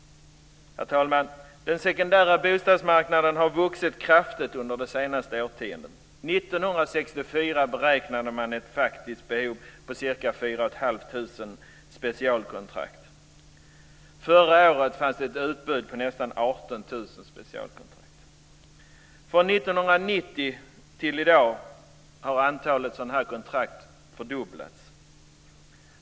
Herr talman! Den sekundära bostadsmarknaden har vuxit kraftigt under de senaste årtiondena. 1964 beräknade man ett faktiskt behov av ca 4 500 specialkontrakt. Förra året fanns det ett utbud på nästan 18 000 specialkontrakt. Från 1990 till i dag har antalet sådana här kontrakt fördubblats.